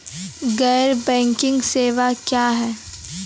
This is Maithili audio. गैर बैंकिंग सेवा क्या हैं?